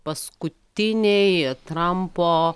paskutiniai trampo